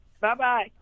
Bye-bye